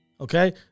Okay